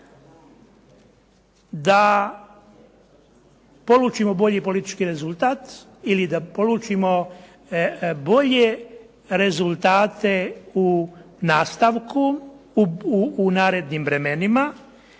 da polučimo bolji politički rezultat ili da polučimo bolje rezultate u nastavku u narednim vremenima.